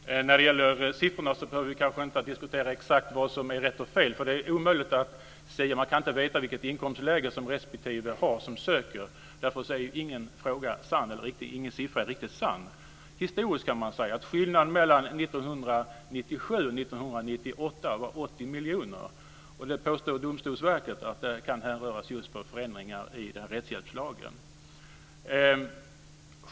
Fru talman! När det gäller siffrorna behöver vi kanske inte diskutera exakt vad som är rätt och fel, för det är omöjligt att se. Man kan inte veta vilket inkomstläge som respektive sökande har. Därför är ingen siffra riktigt sann. Historiskt kan man säga att skillnaden mellan 1997 och 1998 var 80 miljoner. Domstolsverket påstod att detta kan härröra just från förändringar i rättshjälpslagen.